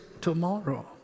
tomorrow